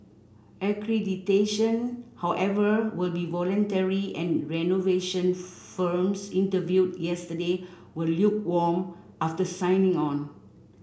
accreditation however will be voluntary and renovation firms interviewed yesterday were lukewarm after signing on